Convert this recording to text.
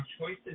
choices